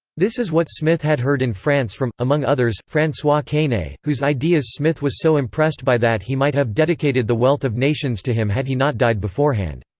this is what smith had heard in france from, among others, francois quesnay, whose ideas smith was so impressed by that he might have dedicated the wealth of nations to him had he not died beforehand.